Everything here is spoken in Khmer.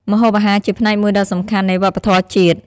ម្ហូបអាហារជាផ្នែកមួយដ៏សំខាន់នៃវប្បធម៌ជាតិ។